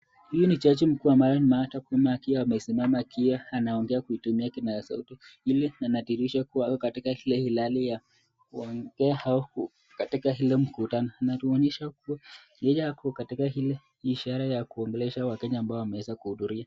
Hii ni jaji mkuu wa mara atakwenda akiwa amesimama akiwa anaongea kuitumia kipaza sauti. Hili linadhihirisha kuwa katika shughuli hilali ya kuongea au katika hilo mkutano. Anatuonyesha kuwa yeye ako katika ile ishara ya kuongelesha Wakenya ambao wameweza kuhudhurika.